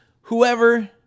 whoever